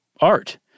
art